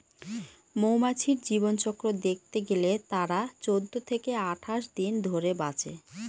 মৌমাছির জীবনচক্র দেখতে গেলে তারা চৌদ্দ থেকে আঠাশ দিন ধরে বাঁচে